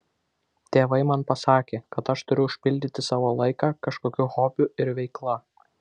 tėvai man pasakė kad aš turiu užpildyti savo laiką kažkokiu hobiu ir veikla